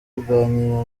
kuganira